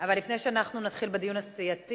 אבל לפני שאנחנו נתחיל בדיון הסיעתי,